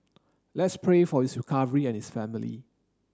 let's pray for his recovery and his family